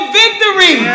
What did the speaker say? victory